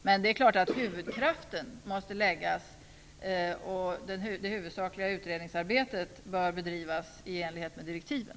Men det huvudsakliga utredningsarbetet bör bedrivas i enlighet med direktiven.